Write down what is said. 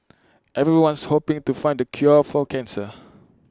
everyone's hoping to find the cure for cancer